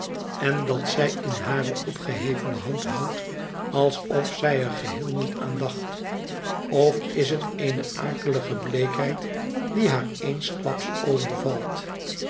en dat zij in hare opgehevene hand houdt alsof zij er geheel niet aan dacht of is het eene akelige bleekheid die haar eensklaps overvalt